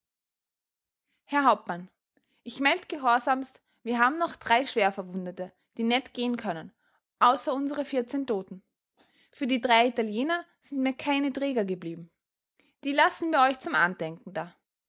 herr hauptmann ich meld gehorsamst wir haben noch drei schwerverwundete die net geh'n können außer unsere vierzehn toten für die drei italiener sind mir keine träger geblieben die lass'n wir euch zum andenken da